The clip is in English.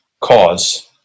cause